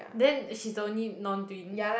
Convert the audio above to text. then she's the only non twin